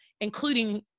including